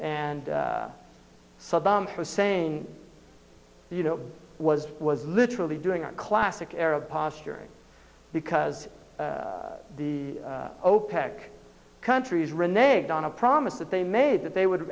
and saddam hussein you know was was literally doing a classic arab posturing because the opec countries renee on a promise that they made that they would